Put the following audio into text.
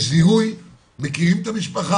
יש זיהוי, מכירים את המשפחה.